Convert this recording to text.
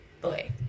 boy